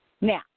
Now